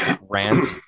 rant